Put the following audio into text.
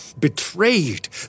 betrayed